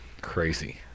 Crazy